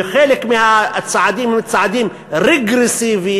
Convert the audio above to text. וחלק מהצעדים הם צעדים רגרסיביים,